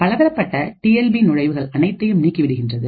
பலதரப்பட்ட T L B நுழைவுகள் அனைத்தையும் நீக்கி விடுகின்றது